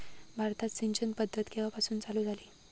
भारतात सिंचन पद्धत केवापासून चालू झाली?